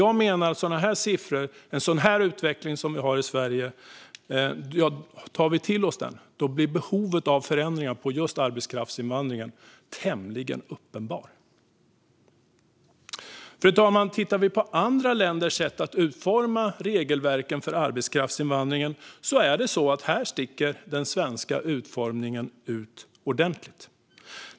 Med dessa siffror och den utveckling vi har i Sverige blir behovet av förändring i arbetskraftsinvandringen tämligen uppenbart. Fru talman! Jämför vi med andra länders sätt att utforma regelverk för arbetskraftsinvandring sticker den svenska utformningen ut ordentligt.